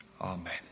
Amen